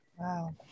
wow